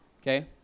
okay